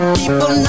people